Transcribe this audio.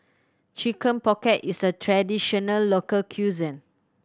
Chicken Pocket is a traditional local cuisine